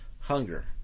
hunger